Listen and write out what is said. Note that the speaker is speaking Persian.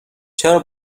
چرا